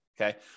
Okay